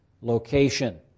location